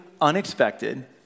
unexpected